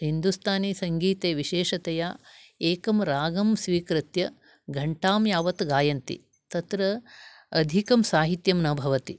हिन्दूस्थानिसङ्गीते विशेषतया एकं रागं स्वीकृत्य घण्टां यावत् गायन्ति तत्र अधिकं साहित्यं न भवति